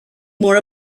more